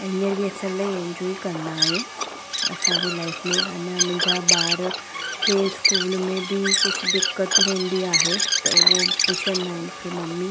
ऐं हींअर बि असां इलाही एन्जॉय कंदा आहियूं असांजी लाइफ में अना मुंहिंजा ॿार कंहिं स्कूल में बि कुझु दिक़त हूंदी आहे त उहे पुछंदा आहिनि की ममी